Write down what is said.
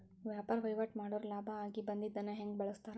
ವ್ಯಾಪಾರ್ ವಹಿವಾಟ್ ಮಾಡೋರ್ ಲಾಭ ಆಗಿ ಬಂದಿದ್ದನ್ನ ಹೆಂಗ್ ಬಳಸ್ತಾರ